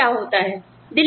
देखते हैं क्या होता है